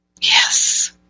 Yes